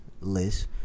list